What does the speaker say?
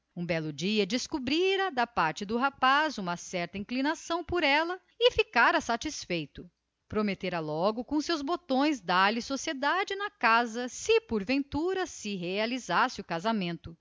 um belo dia descobriu da parte do rapaz certa inclinação por ela e ficara satisfeito prometendo logo com os seus botões dar-lhe sociedade na casa se porventura se realizasse o casamento